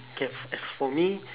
okay as for me